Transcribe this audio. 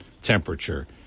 temperature